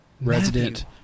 resident